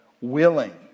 Willing